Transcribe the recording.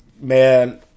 Man